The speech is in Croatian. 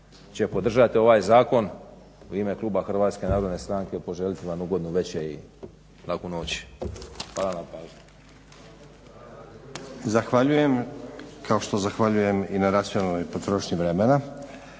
će podržati ovaj zakon u ime kluba HNS-a poželit ću vam ugodnu večer i laku noć. Hvala na pažnji.